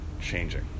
changing